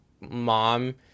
mom